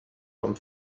vom